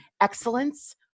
excellence